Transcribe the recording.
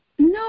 No